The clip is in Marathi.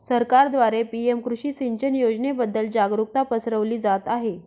सरकारद्वारे पी.एम कृषी सिंचन योजनेबद्दल जागरुकता पसरवली जात आहे